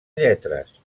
lletres